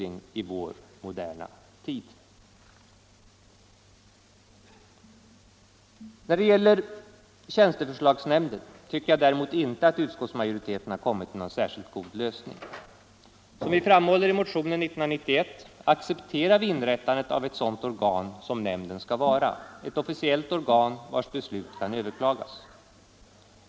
När det gäller tjänsteförslagsnämnden tycker jag däremot inte att utskottet har kommit till någon särskilt god lösning. Som vi framhåller i motionen 1991 accepterar vi inrättandet av ett sådant organ som nämnden skall vara, ett officiellt organ vars beslut kan överklagas.